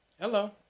Hello